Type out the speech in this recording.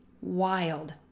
wild